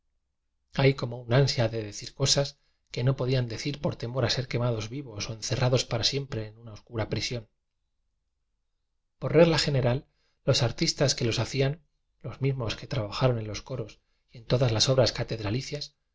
hay como un ansia de decir cosas que no podían de cir por temor a ser quemados vivos o ence rrados para siempre en una oscura prisión por regla general los artistas que los ha cían los mismos que trabajaron en los co ros y en todas las obras